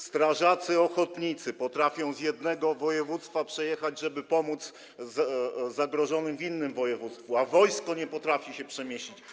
Strażacy ochotnicy potrafią z jednego województwa przejechać, żeby pomóc zagrożonym w innym województwie, a wojsko nie potrafi się przemieścić?